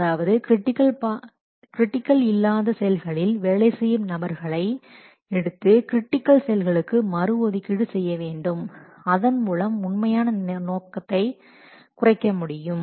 அதாவது கிரிட்டிக்கல் இல்லாத செயல்களில் வேலை செய்யும் நபர்களை எடுத்து கிரிட்டிக்கல் செயல்களுக்கு மறு ஒதுக்கீடு செய்யவேண்டும் அதன்மூலம் உண்மையான நோக்கத்தை குறைக்கமுடியும்